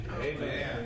Amen